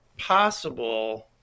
possible